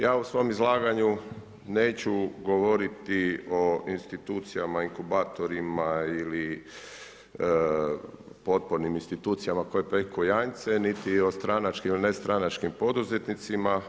Ja u svom izlaganjima neću govoriti o institucijama, inkubatorima ili potpornim institucijama koji peku janjce, niti o stranačkim ili nestranačkim poduzetnicima.